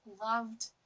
loved